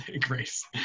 grace